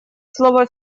слово